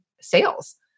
sales